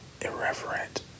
irreverent